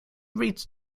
reads